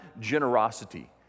generosity